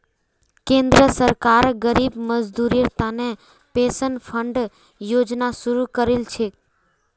केंद्र सरकार गरीब मजदूरेर तने पेंशन फण्ड योजना शुरू करील छेक